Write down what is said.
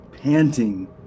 panting